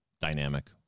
dynamic